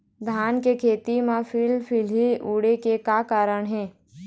धान के खेती म फिलफिली उड़े के का कारण हे?